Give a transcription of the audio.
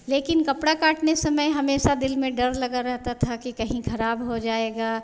लेकिन कपड़ा काटने समय हमेशा दिल में डर लगा रहता था कि कहीं ख़राब हो जाएगा